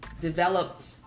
developed